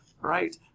right